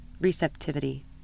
receptivity